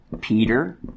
Peter